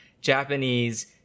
japanese